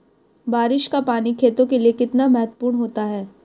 बारिश का पानी खेतों के लिये कितना महत्वपूर्ण होता है?